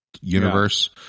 universe